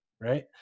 right